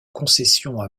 concession